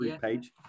page